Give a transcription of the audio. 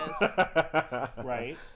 Right